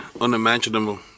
unimaginable